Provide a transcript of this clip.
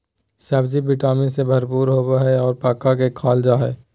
सब्ज़ि vitamin से भरपूर होबय हइ और पका के खाल जा हइ